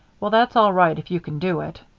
well, that's all right if you can do it.